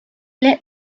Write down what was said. lit